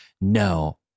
no